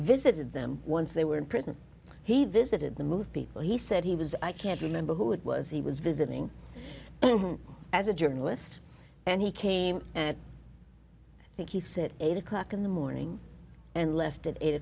visited them once they were in prison he visited the move people he said he was i can't remember who it was he was visiting as a journalist and he came i think he said eight o'clock in the morning and left at eight